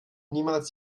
niemals